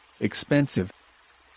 Expensive